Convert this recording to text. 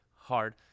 Hard